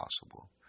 possible